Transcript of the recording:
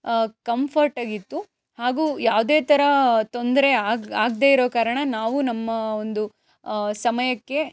comfort ಅಗಿತ್ತು ಹಾಗೂ ಯಾವುದೇ ಥರಾ ತೊಂದರೆ ಆಗಿ ಆಗದೇ ಇರೋ ಕಾರಣ ನಾವು ನಮ್ಮ ಒಂದು ಸಮಯಕ್ಕೆ